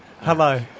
Hello